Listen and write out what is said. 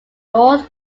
north